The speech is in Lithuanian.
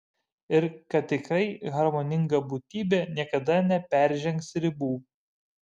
ir kad tikrai harmoninga būtybė niekada neperžengs ribų